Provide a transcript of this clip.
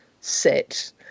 set